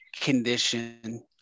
condition